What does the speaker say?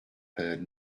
heard